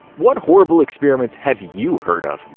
what horrible experiments have you heard of?